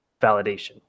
validation